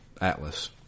Atlas